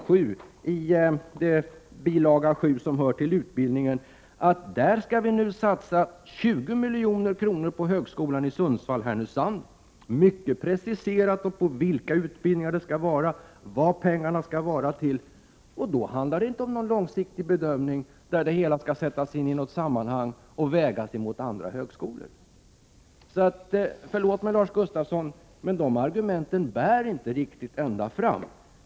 7, som handlar om utbildning, läsa att 20 milj.kr. nu skall satsas på högskolan i Sundsvall-Härnösand. Det preciseras vilka utbildningar detta skall gälla och vart pengarna skall gå. Då handlar det inte om någon långsiktig bedömning, där det hela skall sättas in i något sammanhang och vägas mot andra högskolor. Förlåt mig, men Lars Gustafssons argument bär inte riktigt ända fram.